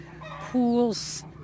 pools